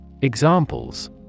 Examples